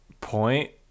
point